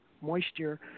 moisture